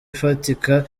ifatika